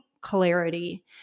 clarity